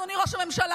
אדוני ראש הממשלה,